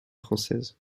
française